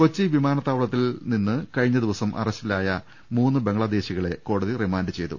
കൊച്ചി വിമാനത്താവളത്തിൽ നിന്ന് കഴിഞ്ഞ ദിവസം അറസ്റ്റിലായ മൂന്ന് ബംഗ്ലാദേശികളെ കോടതി റിമാൻഡ് ചെയ്തു